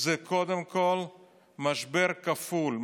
זה קודם כול משבר כפול,